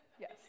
Yes